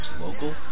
local